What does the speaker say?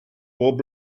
bob